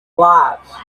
lights